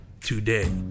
today